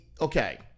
okay